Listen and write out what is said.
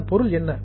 அதன் பொருள் என்ன